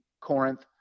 Corinth